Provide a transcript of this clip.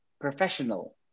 professional